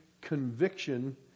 conviction